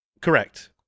Correct